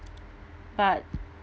but